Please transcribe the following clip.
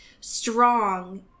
strong